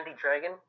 dragon